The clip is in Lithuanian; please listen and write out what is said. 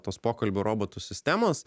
tos pokalbių robotų sistemos